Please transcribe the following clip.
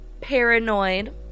paranoid